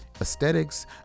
aesthetics